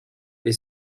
est